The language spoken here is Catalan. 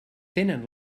tenen